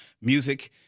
music